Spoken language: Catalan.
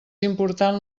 important